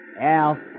Al